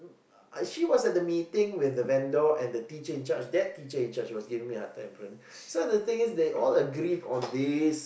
I she was at the meeting with the vendor and the teacher-in-charge that teacher-in-charge was giving me a hard time friend so the thing is they all agreed on this